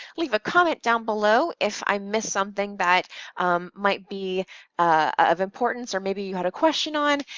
leave a comment down below if i missed something that might be of importance, or maybe you had a question on,